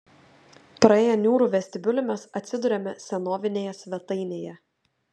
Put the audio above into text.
praėję niūrų vestibiulį mes atsiduriame senovinėje svetainėje